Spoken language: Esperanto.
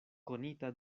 konita